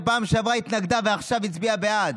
שבפעם שעברה התנגדה ועכשיו הצביעה בעד,